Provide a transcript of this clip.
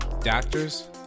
Doctors